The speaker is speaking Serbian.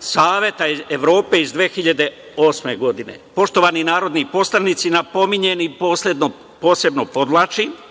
Saveta Evrope iz 2008. godine. Poštovani narodni poslanici, napominjem i posebno podvlačim